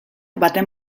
baten